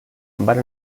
van